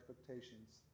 expectations